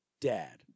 Dad